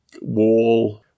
wall